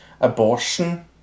abortion